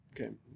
Okay